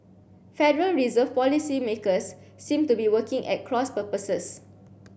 Federal Reserve policymakers seem to be working at cross purposes